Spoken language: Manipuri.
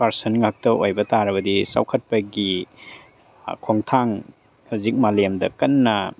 ꯄꯥꯔꯁꯟ ꯉꯥꯛꯇ ꯑꯣꯏꯕ ꯇꯥꯔꯕꯗꯤ ꯆꯥꯎꯈꯠꯄꯒꯤ ꯈꯣꯡꯊꯥꯡ ꯍꯧꯖꯤꯛ ꯃꯥꯂꯦꯝꯗ ꯀꯟꯅ